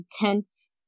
intense